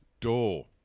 door